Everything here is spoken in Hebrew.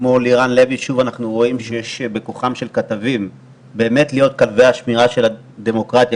אנחנו רואים שיש בכוחם של כתבים להיות כלבי השמירה של הדמוקרטיה,